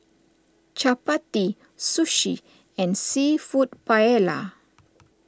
Chapati Sushi and Seafood Paella